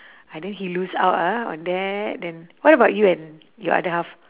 either he lose out ah on that then what about you and your other half